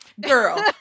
Girl